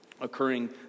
occurring